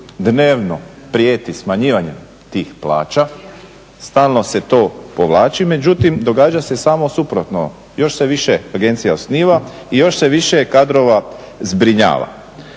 dnevno prijeti smanjivanjem tih plaća, stalno se to povlači. Međutim, događa se samo suprotno. Još se više agencija osniva i još se više kadrova zbrinjava.